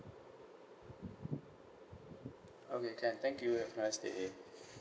okay can thank you have a nice day